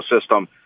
system